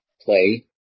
play